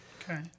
Okay